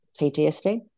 PTSD